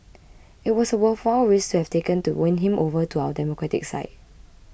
it was a worthwhile risk to have taken to win him over to our democratic side